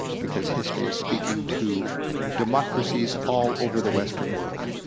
because history is speaking to democracies all over the western world.